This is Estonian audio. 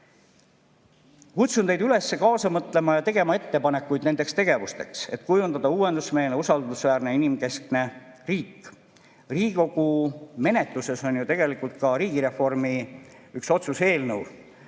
Kutsun teid üles kaasa mõtlema ja tegema ettepanekuid nendeks tegevusteks, et kujundada uuendusmeelne, usaldusväärne ja inimkeskne riik. Riigikogu menetluses on ju tegelikult ka riigireformi üks otsuse eelnõu.